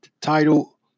title